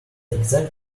exact